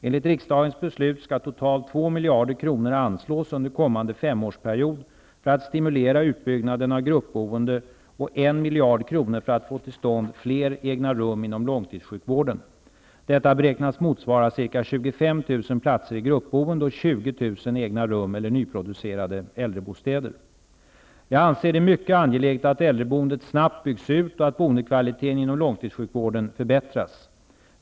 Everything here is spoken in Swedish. Enligt riksdagens beslut skall totalt 2 miljarder kronor anslås under kommande femårsperiod för att stimulera utbyggnaden av gruppboende och 1 miljard kronor för att få till stånd fler egna rum inom långtidssjukvården. Detta beräknas motsvara ca 25 000 platser i gruppboende och 20 000 egna rum eller nyproducerade äldrebostäder. Jag anser det mycket angeläget att äldreboendet snabbt byggs ut och att boendekvaliteten inom långtidssjukvården förbättras.